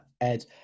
Ed